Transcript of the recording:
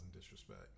disrespect